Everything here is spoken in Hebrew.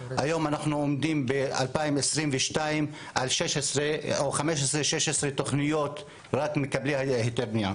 היום אנחנו עומדים ב- 2022 על 15,16 תוכניות לקבל היתר בנייה.